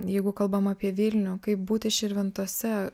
jeigu kalbam apie vilnių kaip būti širvintose